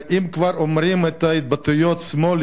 ואם כבר אומרים את ההתבטאויות שמאל,